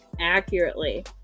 accurately